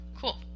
Cool